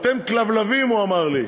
אתם כלבלבים, הוא אמר לי.